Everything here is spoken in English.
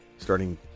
starting